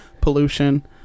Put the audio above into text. pollution